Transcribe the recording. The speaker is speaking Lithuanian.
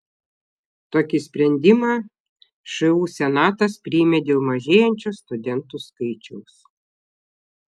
tokį sprendimą šu senatas priėmė dėl mažėjančio studentų skaičiaus